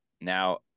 now